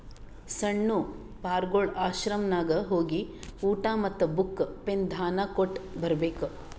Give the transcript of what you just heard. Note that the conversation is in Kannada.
ಸಣ್ಣು ಪಾರ್ಗೊಳ್ ಆಶ್ರಮನಾಗ್ ಹೋಗಿ ಊಟಾ ಮತ್ತ ಬುಕ್, ಪೆನ್ ದಾನಾ ಕೊಟ್ಟ್ ಬರ್ಬೇಕ್